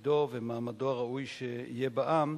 תפקידו ומעמדו הראוי שיהיה בעם,